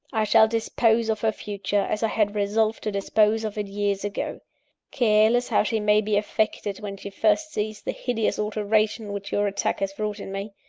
i shall dispose of her future, as i had resolved to dispose of it years ago careless how she may be affected when she first sees the hideous alteration which your attack has wrought in me.